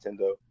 Nintendo